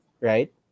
Right